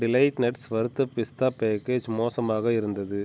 delight Nuts வறுத்த பிஸ்தா package மோசமாக இருந்தது